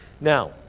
Now